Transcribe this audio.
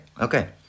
okay